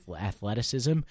athleticism